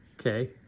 Okay